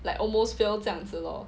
like almost fail 这样子咯